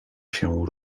się